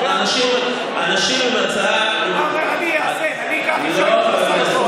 אתה אומר: אני עכשיו אקח אישה עם הכנסה